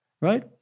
right